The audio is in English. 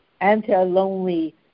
anti-lonely